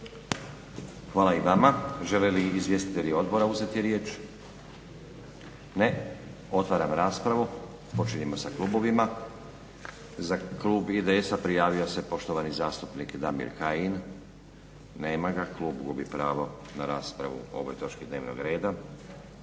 Hvala i vama. Žele li izvjestitelji odbora uzeti riječ? Ne. Otvaram raspravu. Počinjemo sa klubovima. Za klub IDS-a prijavio se poštovani zastupnik Damir Kajin. Nema ga, klub gubi pravo na raspravu o ovoj točki dnevnog reda.